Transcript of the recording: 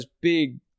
big